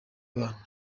bana